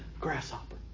Grasshopper